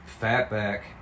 Fatback